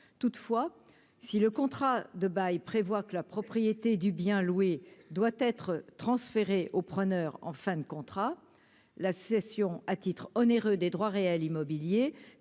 toutefois si le contrat de bail prévoient que la propriété du bien loué doit être transféré aux preneurs en fin de contrat, la cession à titre onéreux des droits réels immobiliers